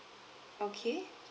okay